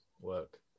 work